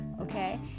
okay